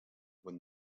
when